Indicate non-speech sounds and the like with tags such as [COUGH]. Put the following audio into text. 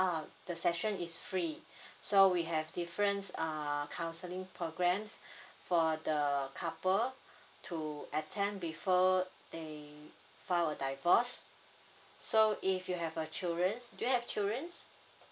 uh the session is free [BREATH] so we have difference uh counselling programs [BREATH] for the couple to attend before they file a divorce so if you have a children do you have children